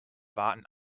warten